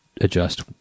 adjust